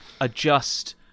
adjust